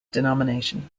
denomination